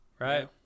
right